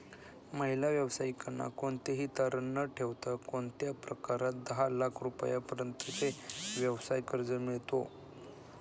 महिला व्यावसायिकांना कोणतेही तारण न ठेवता कोणत्या प्रकारात दहा लाख रुपयांपर्यंतचे व्यवसाय कर्ज मिळतो?